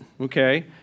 okay